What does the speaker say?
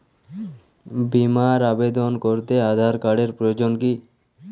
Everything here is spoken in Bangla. বিমার আবেদন করতে আধার কার্ডের প্রয়োজন কি?